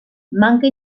manca